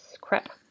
crap